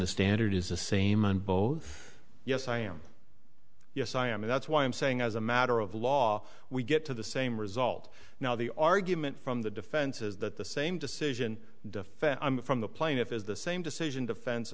the standard is the same and both yes i am yes i am and that's why i'm saying as a matter of law we get to the same result now the argument from the defense is that the same decision defense i'm from the plaintiff is the same decision defen